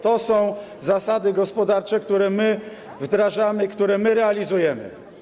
To są zasady gospodarcze, które my wdrażamy, które my realizujemy.